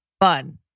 fun